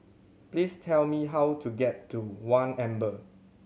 please tell me how to get to One Amber